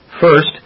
First